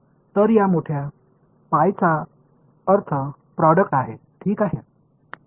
तर या मोठ्या पाईचा अर्थ प्रोडक्ट आहे ठीक आहे